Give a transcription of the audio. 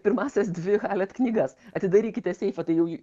pirmąsias dvi halet knygas atidarykite seifą tai jau